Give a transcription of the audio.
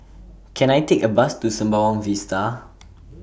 Can I Take A Bus to Sembawang Vista